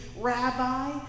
rabbi